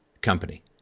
company